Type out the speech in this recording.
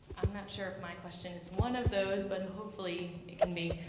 i'm not sure if my question is one of those, but hopefully it can be.